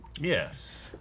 Yes